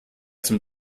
zum